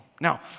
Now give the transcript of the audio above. Now